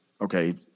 okay